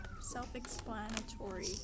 Self-explanatory